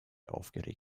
aufgeregt